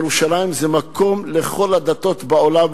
ירושלים זה מקום לכל הדתות בעולם,